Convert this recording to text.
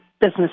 business